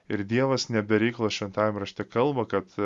ir dievas ne be reikalo šventajam rašte kalba kad